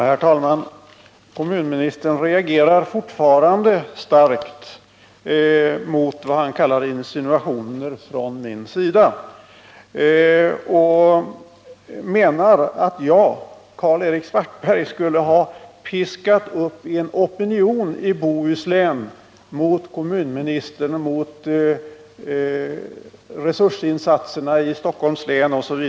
Herr talman! Kommunministern reagerar fortfarande starkt mot vad han kallar insinuationer från min sida och menar att jag, Karl-Erik Svartberg, skulle ha piskat upp en opinion i Bohuslän mot kommunministern och mot resursinsatserna i Stockholms län.